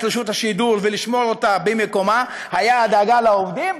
רשות השידור ולשמור אותה במקומה היה הדאגה לעובדים,